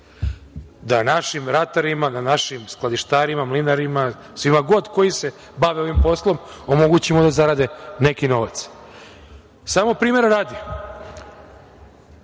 da našim ratarima, da našim skladištarima, mlinarima, svima koji se bave ovim poslom, omogućimo da zarade neki novac. Samo primera radi,